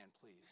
please